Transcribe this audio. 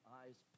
eyes